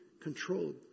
controlled